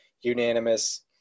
unanimous